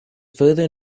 further